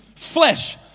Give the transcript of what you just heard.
Flesh